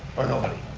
or nobody?